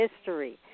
history